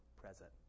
present